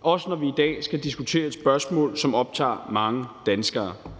også når vi i dag skal diskutere et spørgsmål, som optager mange danskere.